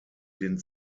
den